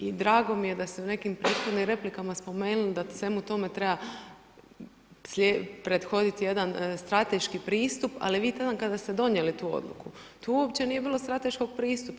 I drago mi je da se u nekim prethodnim replikama spomenuli da svemu tome treba prethoditi jedan strateški pristup, ali vi taman kada ste donijeli tu odluku, tu uopće nije bilo strateškog pristupa.